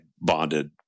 bonded